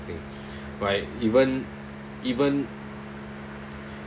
like even even